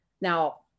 Now